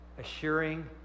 assuring